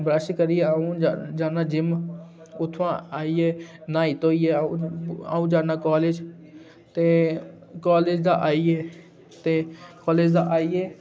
brush करियै अ'ऊं ज जन्ना जिम उत्थुआं आइयै न्हाई धोइयै अ अ'ऊं जन्ना कालेज ते कालेज दा आइयै ते कालेज दा आइयै